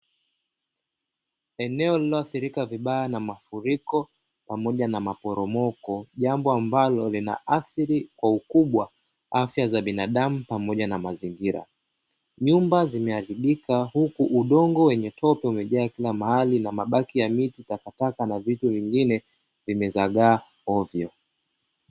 Eneo lililoathirika vibaya na mafuriko pamoja na maporomoko, jambo ambalo linaathiri kwa ukubwa afya za binadamu pamoja na mazingira. Nyumba zimeharibika huku udongo wenye tope umejaa kila mahali na mabaki ya miti, takataka, na vitu vyengine vimezagaa ovyo.